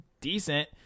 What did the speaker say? decent